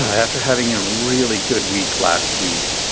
after having a really good week last week,